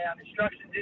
instructions